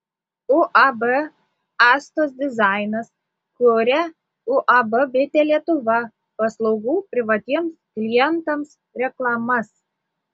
uab astos dizainas kuria uab bitė lietuva paslaugų privatiems klientams reklamas